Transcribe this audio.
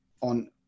on